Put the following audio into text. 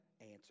answer